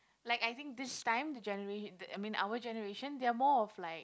like I think this time the genera~ I mean our generation there are more of like